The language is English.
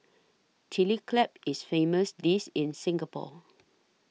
Chilli Crab is famous dish in Singapore